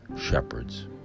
shepherds